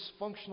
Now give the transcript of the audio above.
dysfunctional